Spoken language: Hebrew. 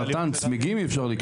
גיא אמר